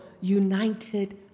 United